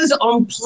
on